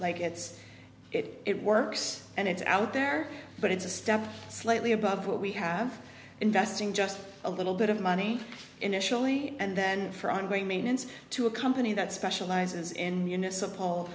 like it's it works and it's out there but it's a step slightly above what we have investing just a little bit of money initially and then for ongoing maintenance to a company that specializes in muni